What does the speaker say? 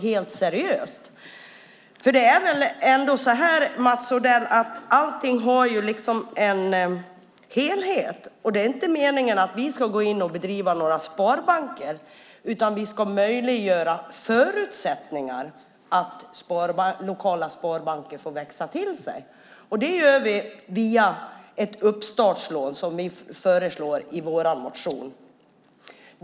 Allt ingår i en helhet, eller hur, Mats Odell? Det är inte meningen att vi ska gå in och driva några sparbanker, utan vi ska skapa förutsättningar för lokala sparbanker så att de kan växa. Det gör vi via ett uppstartslån, vilket vi föreslår i vår motion.